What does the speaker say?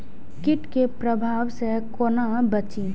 कीट के प्रभाव से कोना बचीं?